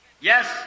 yes